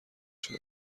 شدن